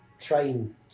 train